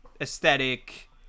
aesthetic